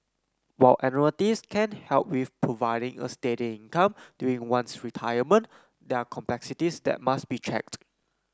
while annuities can help with providing a steady income during one's retirement there are complexities that must be checked